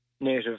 native